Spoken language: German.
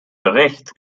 bericht